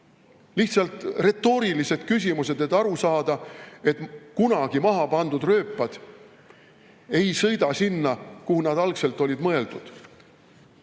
Lihtsalt retoorilised küsimused, et oleks aru saada, et kunagi maha pandud rööpad ei suundu sinna, kuhu algselt oli mõeldud.